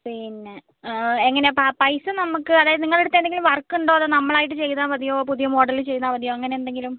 പിന്നെ എങ്ങനെയാണ് പ പൈസ നമുക്ക് അതായത് നിങ്ങളുടെ അടുത്ത് എന്തെങ്കിലും വർക്കുണ്ടോ അതോ നമ്മളായിട്ട് ചെയ്താൽ മതിയോ പുതിയ മോഡല് ചെയ്താൽ മതിയോ അങ്ങനെന്തെങ്കിലും